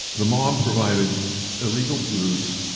the mob provided illegal booze,